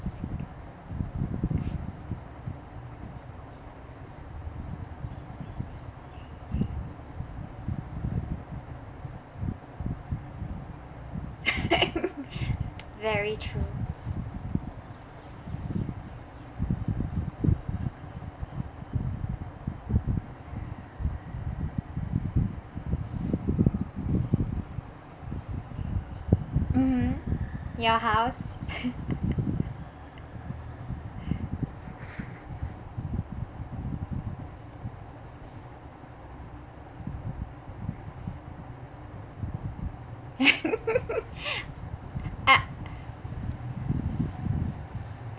very true mmhmm your house I~